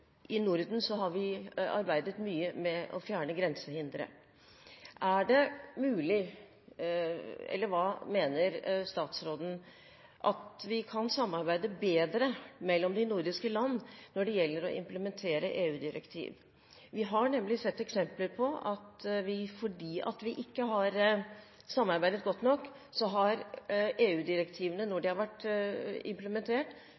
i Norden har vi arbeidet mye med å fjerne grensehindre. Er det mulig – eller hva mener statsråden – at vi kan samarbeide bedre mellom de nordiske land når det gjelder å implementere EU-direktiv? Vi har nemlig sett eksempler på at fordi vi ikke har samarbeidet godt nok, har EU-direktivene, når de har vært implementert,